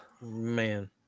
man